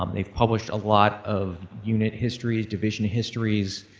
um they have pushed a lot of unit histories, division histories,